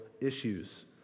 issues